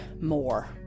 more